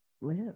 live